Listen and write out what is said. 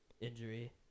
injury